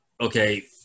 okay